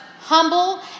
humble